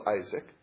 Isaac